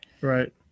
right